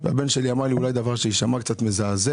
והבן שלי אמר לי אולי דבר שיישמע קצת מזעזע.